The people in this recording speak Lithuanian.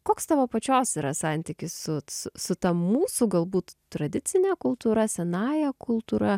koks tavo pačios yra santykis su ts su ta mūsų galbūt tradicine kultūra senąja kultūra